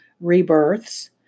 rebirths